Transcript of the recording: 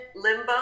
limbo